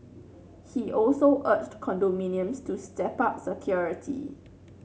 he also urged condominiums to step up security